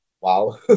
Wow